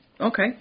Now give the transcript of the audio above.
okay